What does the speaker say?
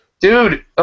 Dude